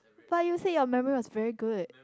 but you said your memory was very good